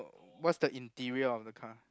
what's the interior of the car